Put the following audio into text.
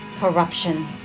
corruption